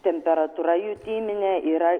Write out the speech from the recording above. temperatūra jutiminė yra